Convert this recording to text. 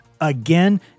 again